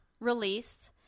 released